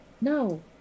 No